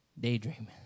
daydreaming